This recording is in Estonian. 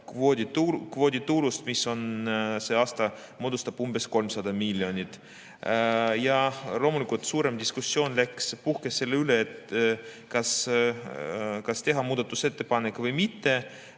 CO2‑kvoodi tulust, mis see aasta moodustab umbes 300 miljonit. Ja loomulikult suurem diskussioon puhkes selle üle, kas teha muudatusettepanek või mitte.